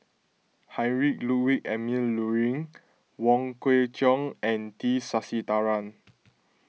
Heinrich Ludwig Emil Luering Wong Kwei Cheong and T Sasitharan